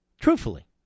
Truthfully